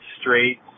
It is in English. straight